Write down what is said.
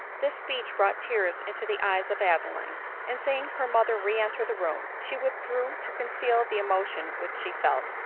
this speech brought tears into the eyes of adeline and seeing her mother re-enter the room, she withdrew to conceal the emotion which she felt,